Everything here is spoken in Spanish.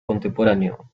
contemporáneo